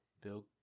Bill